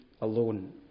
alone